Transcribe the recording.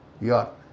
yacht